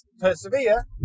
persevere